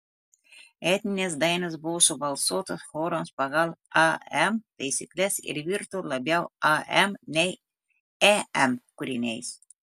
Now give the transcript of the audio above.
etninės dainos buvo subalsuotos chorams pagal am taisykles ir virto labiau am nei em kūriniais